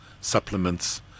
supplements